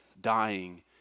dying